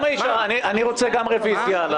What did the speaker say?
אני גם רוצה רוויזיה על